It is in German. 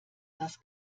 das